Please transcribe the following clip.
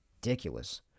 ridiculous